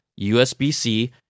USB-C